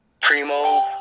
Primo